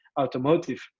automotive